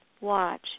Watch